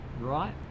right